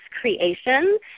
creation